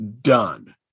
done